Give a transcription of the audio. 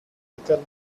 nickel